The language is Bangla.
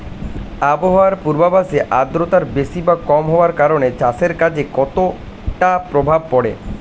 আবহাওয়ার পূর্বাভাসে আর্দ্রতা বেশি বা কম হওয়ার কারণে চাষের কাজে কতটা প্রভাব পড়ে?